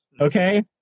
Okay